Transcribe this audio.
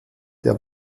der